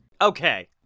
Okay